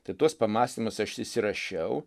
tai tuos pamąstymus aš išsirašiau